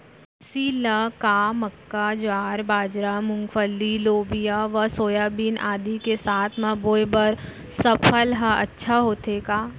अलसी ल का मक्का, ज्वार, बाजरा, मूंगफली, लोबिया व सोयाबीन आदि के साथ म बोये बर सफल ह अच्छा होथे का?